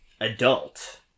adult